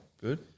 Good